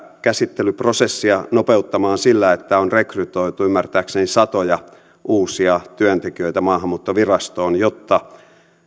käsittelyprosessia nopeuttamaan sillä että on rekrytoitu ymmärtääkseni satoja uusia työntekijöitä maahanmuuttovirastoon jotta